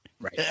right